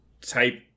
type